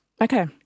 Okay